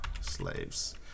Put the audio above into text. slaves